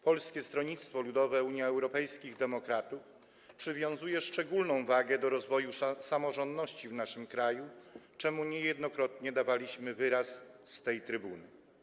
Polskie Stronnictwo Ludowe - Unia Europejskich Demokratów przywiązuje szczególną wagę do rozwoju samorządności w naszym kraju, czemu niejednokrotnie dawaliśmy wyraz z tej trybuny.